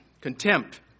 contempt